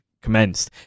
commenced